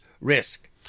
risk